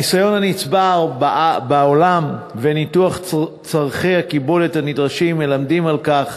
הניסיון הנצבר בעולם וניתוח צורכי הקיבולת הנדרשים מלמדים על כך